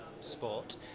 sport